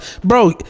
bro